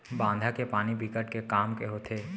बांधा के पानी बिकट के काम के होथे